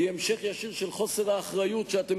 היא המשך ישיר של חוסר האחריות שאתם